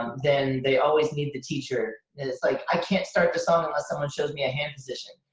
then they always need the teacher. and it's like i can't start the song unless someone shows me a hand position.